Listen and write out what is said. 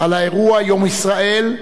על האירוע "יום ישראל",